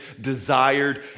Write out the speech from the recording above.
desired